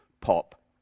pop